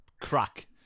crack